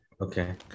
okay